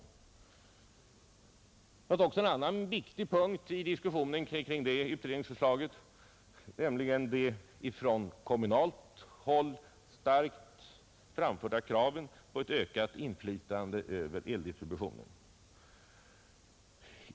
105 Det fanns också en annan viktig punkt i diskussionen kring det utredningsförslaget, nämligen det från kommunalt håll starkt framförda kravet på ett ökat inflytande över eldistributionen.